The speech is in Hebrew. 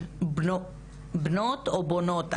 אני חושבת שמחובתכם להכיר אותם ואני אשמח גם להעביר אותם.